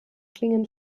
klingen